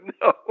no